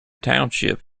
township